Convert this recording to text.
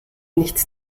nichts